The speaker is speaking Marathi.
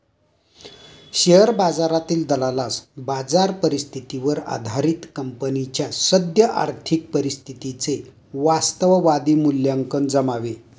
शेअर बाजारातील दलालास बाजार परिस्थितीवर आधारित कंपनीच्या सद्य आर्थिक परिस्थितीचे वास्तववादी मूल्यांकन जमावे